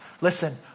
Listen